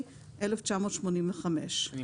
עכשיו אני